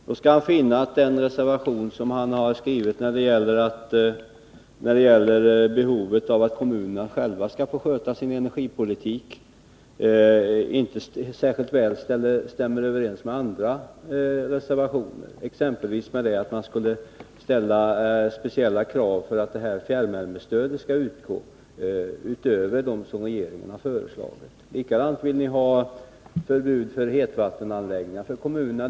Då skall han finna att en reservation som han har skrivit när det gäller behovet av att kommunerna själva skall få sköta sin energipolitik inte särskilt väl stämmer överens med andra reservationer, exempelvis att man skall ställa speciella krav för att fjärrvärmestödet skall utgå utöver de krav som regeringen har föreslagit. Likaså vill ni ha förbud för kommunerna mot hetvattenanläggningar.